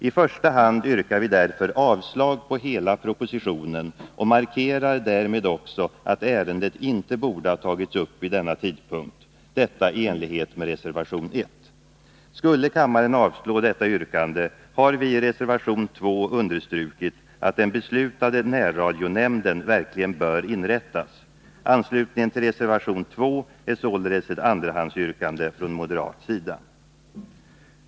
I reservation 1 yrkar vi därför i första hand avslag på hela propositionen och markerar därmed också att ärendet inte borde ha tagits upp vid denna tidpunkt. Skulle kammaren avslå detta yrkande har vi i reservation 2 understrukit att den beslutade närradionämnden verkligen bör inrättas. Reservation 2 är således ett andrahandsyrkande från moderat sida.